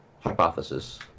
hypothesis